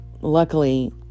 Luckily